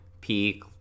peak